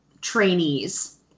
trainees